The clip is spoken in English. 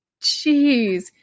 Jeez